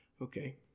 Okay